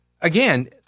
Again